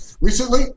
Recently